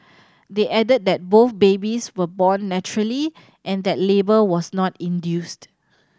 they added that both babies were born naturally and that labour was not induced